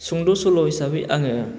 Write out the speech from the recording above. सुंद' सल' हिसाबै आङो